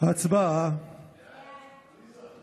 המחנה הממלכתי, אינה נוכחת,